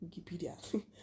Wikipedia